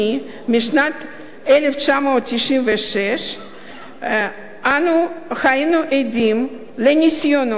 משנת 1996 אנחנו עדים לניסיונות חוזרים